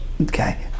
Okay